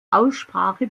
aussprache